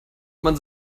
man